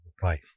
fight